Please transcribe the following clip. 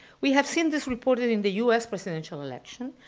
we have seen this reported in the u s. presidential election,